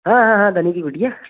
हाँ हाँ हाँ धनी की कुटिया